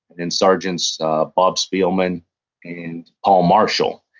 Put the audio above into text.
and sergeants bob spielman and paul marshall.